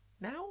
now